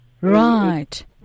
right